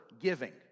giving